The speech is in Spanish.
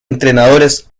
entrenadores